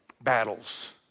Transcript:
battles